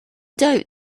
doubt